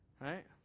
Right